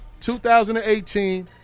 2018